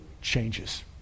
changes